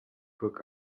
book